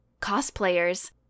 cosplayers